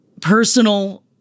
personal